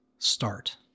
start